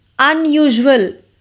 Unusual